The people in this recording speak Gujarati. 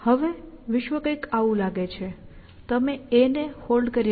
હવે વિશ્વ કંઈક આવું લાગે છે તમે A ને હોલ્ડ કરી રહ્યા છો